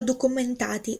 documentati